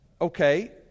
okay